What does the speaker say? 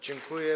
Dziękuję.